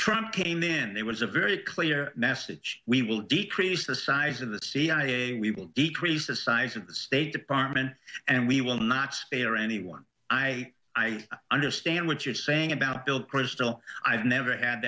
trump came in there was a very clear message we will decrease the size of the cia we will decrease the size of the state department and we will not spare anyone i i understand what you're saying about bill kristol i've never had